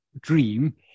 dream